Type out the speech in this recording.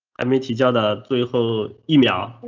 i meet each other through whole email.